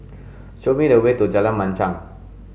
show me the way to Jalan Machang